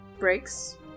breaks